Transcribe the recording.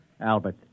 Albert